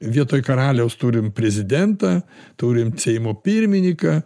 vietoj karaliaus turim prezidentą turim seimo pirminiką